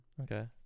Okay